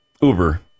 Uber